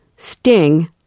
sting